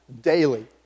daily